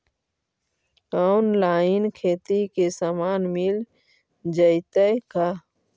Online खेती के सामान मिल जैतै का?